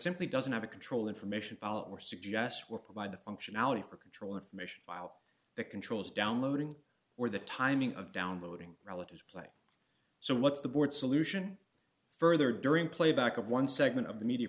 simply doesn't have a control information or suggests will provide the functionality for control information while the controls downloading or the timing of downloading relatives play so what's the board solution further during playback of one segment of the media